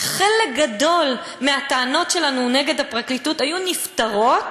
חלק גדול מהטענות שלנו נגד הפרקליטות היו נפתרות